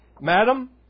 Madam